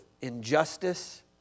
injustice